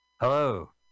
Hello